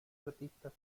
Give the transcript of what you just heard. artistas